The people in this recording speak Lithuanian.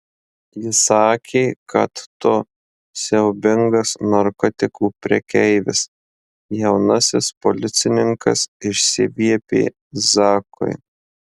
ji sakė kad tu siaubingas narkotikų prekeivis jaunasis policininkas išsiviepė zakui